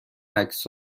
عکس